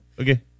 Okay